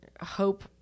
hope